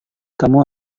kamu